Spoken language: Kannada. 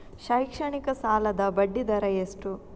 ಶೈಕ್ಷಣಿಕ ಸಾಲದ ಬಡ್ಡಿ ದರ ಎಷ್ಟು?